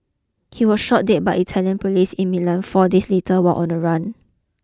he was shot dead by Italian police in Milan four days later while on the run